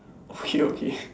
okay okay